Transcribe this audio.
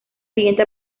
siguiente